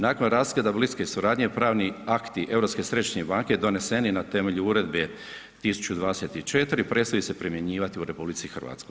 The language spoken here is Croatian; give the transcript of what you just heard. Nakon raskida bliske suradnje pravni akti Europske središnje banke doneseni na temelju Uredbe 1024 pristaju se primjenjivati u RH.